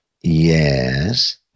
Yes